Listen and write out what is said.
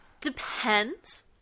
Depends